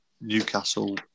newcastle